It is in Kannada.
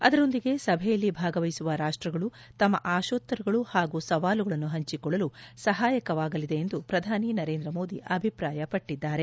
ಅದರೊಂದಿಗೆ ಸಭೆಯಲ್ಲಿ ಭಾಗವಹಿಸುವ ರಾಷ್ಟಗಳು ತಮ್ಮ ಆಶೋತ್ತರಗಳು ಹಾಗೂ ಸವಾಲುಗಳನ್ನು ಹಂಚಿಕೊಳ್ಳಲು ಸಹಾಯಕವಾಗಲಿದೆ ಎಂದು ಪ್ರಧಾನಿ ನರೇಂದ್ರ ಮೋದಿ ಅಭಿಪ್ರಾಯಪಟ್ಟಿದ್ದಾರೆ